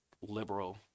liberal